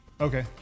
Okay